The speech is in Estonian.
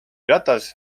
ratas